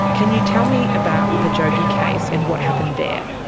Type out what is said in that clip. can you tell me about the jogee case and what happened there?